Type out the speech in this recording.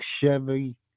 Chevy